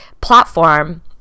platform